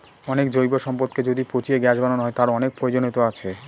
অনেক জৈব সম্পদকে যদি পচিয়ে গ্যাস বানানো হয়, তার অনেক প্রয়োজনীয়তা আছে